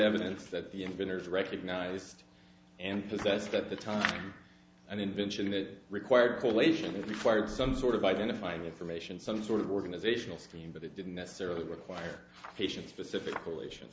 evidence that the inventors recognized and possessed at the time an invention that required correlation that required some sort of identifying information some sort of organizational scheme but it didn't necessarily require patient specific